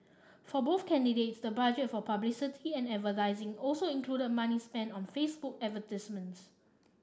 for both candidates the budget for publicity and advertising also included money spent on Facebook advertisements